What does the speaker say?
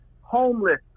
homeless